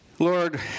Lord